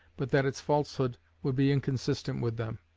but that its falsehood would be inconsistent with them.